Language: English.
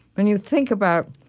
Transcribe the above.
when you think about